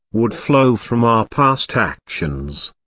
would flow from our past actions.